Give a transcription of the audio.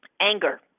anger